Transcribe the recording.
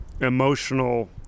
emotional